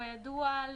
כידוע,